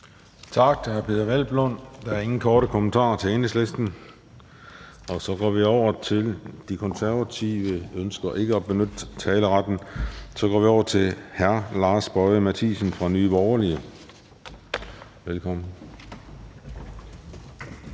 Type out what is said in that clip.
Tak til hr. Peder Hvelplund. Der er ingen korte bemærkninger til Enhedslisten. Så går vi over til De Konservative, som ikke ønsker at benytte taleretten. Så går vi over til hr. Lars Boje Mathiesen fra Nye Borgerlige. Velkommen.